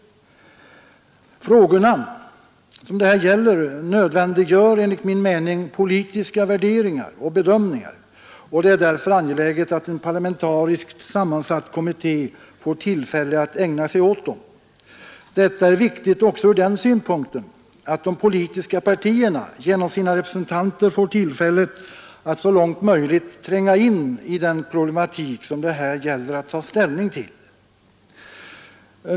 De frågor som det här gäller nödvändiggör enligt min mening politiska värderingar och bedömningar, och det är därför angeläget att en parlamentariskt sammansatt kommitté får tillfälle att ägna sig åt dem. Detta är viktigt också ur den synpunkten att de politiska partierna genom sina representanter får tillfälle att så långt möjligt tränga in i den problematik som det här gäller att ta ställning till.